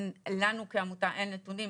לנו כעמותה אין נתונים.